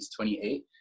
28